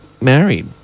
married